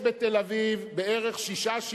יש בתל-אביב בערך שישה,